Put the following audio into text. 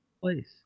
place